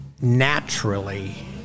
naturally